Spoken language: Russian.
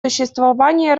существование